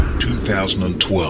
2012